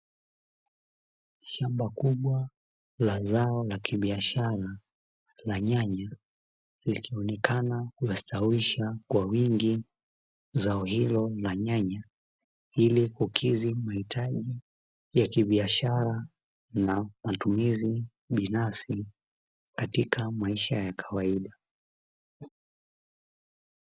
Shamba kubwa la zao la kibiashara la nyanya likionekana lastawisha kwa wingi zao hilo na nyanya. Ili kukidhi mahitaji ya kibiashara na matumizi binafsi katika maisha ya kawaida.